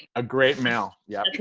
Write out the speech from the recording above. a great male. yeah.